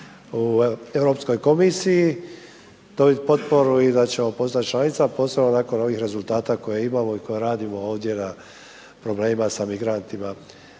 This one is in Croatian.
u Europskoj komisiji, dobiti potporu i da ćemo postati članica, posebno nakon ovih rezultata koje imamo i koje radimo ovdje na problemima sa migrantima